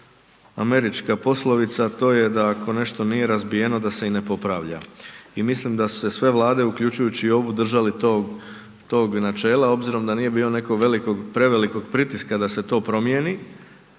i mislim da su se sve Vlade, uključujući o ovu, držale tog načela, obzirom da nije bilo nekog velikog, prevelikog pritiska da se to promijeni